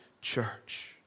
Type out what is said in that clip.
church